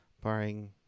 barring